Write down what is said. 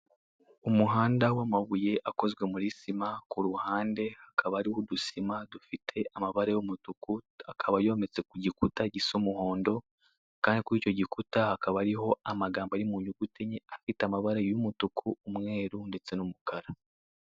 Umuhanda w'amabuye akoze muri sima, ku ruhande hakaba hariho udusima dufite amabara y'umutuku, akaba yometse ku gikuta gisa umuhondo, kandi kuri icyo gikuta hakaba hariho amagambo ari mu nyuguti enye, afite amabara y'umutuku, umweru ndetse n'umukara.